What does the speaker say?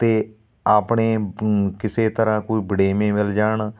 ਅਤੇ ਆਪਣੇ ਕਿਸੇ ਤਰ੍ਹਾਂ ਕੋਈ ਬੜੇਮੇ ਮਿਲ ਜਾਣ